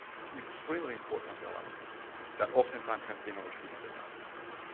and extremely important element that oftentimes has been overseen in the past.